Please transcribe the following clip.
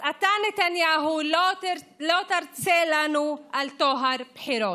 אז אתה, נתניהו, לא תרצה לנו על טוהר בחירות.